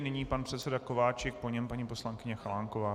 Nyní pan předseda Kováčik, po něm paní poslankyně Chalánková.